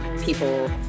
people